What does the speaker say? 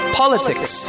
politics